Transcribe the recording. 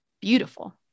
beautiful